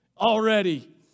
Already